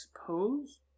suppose